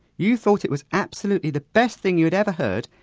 you thought it was absolutely the best thing you'd ever heard,